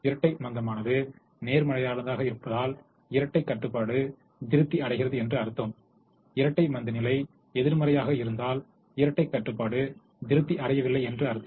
இரட்டை மந்தமானது நேர்மறையானதாக இருந்தால் இரட்டை கட்டுப்பாடு திருப்தி அடைகிறது என்று அர்த்தம் இரட்டை மந்தநிலை எதிர்மறையாக இருந்தால் இரட்டைக் கட்டுப்பாடு திருப்தி அடையவில்லை என்று அர்த்தம்